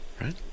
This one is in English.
Right